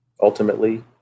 Ultimately